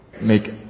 make